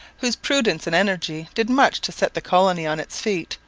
whose prudence and energy did much to set the colony on its feet,